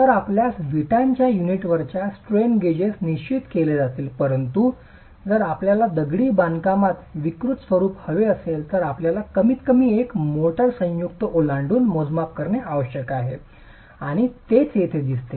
तर आपल्यास विटांच्या युनिटवरच स्ट्रेन गेजेस निश्चित केले जातील परंतु जर आपल्याला दगडी बांधकामात विकृत रूप हवे असेल तर आपल्याला कमीतकमी एक मोर्टार संयुक्त ओलांडून मोजमाप करणे आवश्यक आहे आणि तेच येथे दिसते